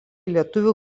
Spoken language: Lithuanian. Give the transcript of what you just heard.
lietuvių